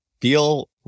feel